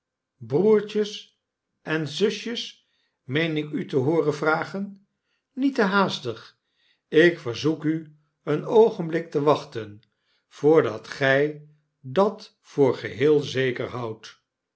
broertjes en zusjes meen ik u te hooren vragen met te haastig ik verzoek u een oogenblik te wachten voordat gy dat voor geheel zeker houdt